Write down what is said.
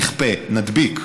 נכפה, נדביק.